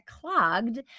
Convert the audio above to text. clogged